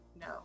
No